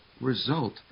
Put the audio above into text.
result